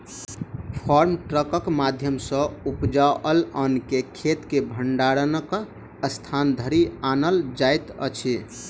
farm ट्रकक माध्यम सॅ उपजाओल अन्न के खेत सॅ भंडारणक स्थान धरि आनल जाइत अछि